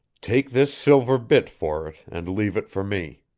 take this silver bit for it and leave it for me.